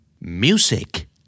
Music